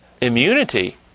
immunity